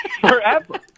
forever